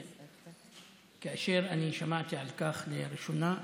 כאשר שמעתי על כך לראשונה,